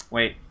Wait